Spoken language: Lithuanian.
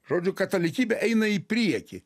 žodžiu katalikybė eina į priekį